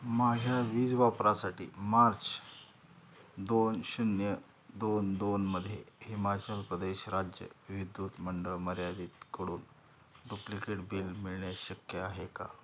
माझ्या वीज वापरासाठी मार्च दोन शून्य दोन दोनमध्ये हिमाचल प्रदेश राज्य विद्युत मंडळ मर्यादीतकडून डुप्लिकेट बिल मिळणे शक्य आहे का